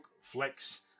flex